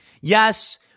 Yes